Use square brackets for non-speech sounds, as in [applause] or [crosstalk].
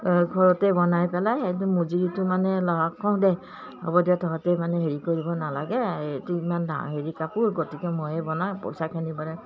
ঘৰতে বনাই পেলাই এইটো মজুৰিটো মানে [unintelligible] কওঁ দে হ'ব দিয়া তহঁতেই মানে হেৰি কৰিব নালাগে এইটো ইমান হেৰি কাপোৰ গতিকে মইয়ে বনায় পইচাখিনি মানে